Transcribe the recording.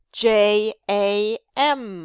jam